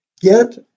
Get